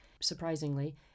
surprisingly